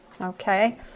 Okay